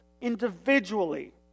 individually